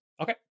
Okay